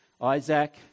Isaac